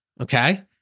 okay